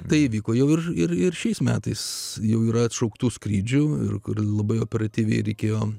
tai įvyko jau ir ir ir šiais metais jau yra atšauktų skrydžių ir kur labai operatyviai reikėjo